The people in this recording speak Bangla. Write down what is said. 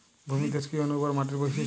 ভূমিধস কি অনুর্বর মাটির বৈশিষ্ট্য?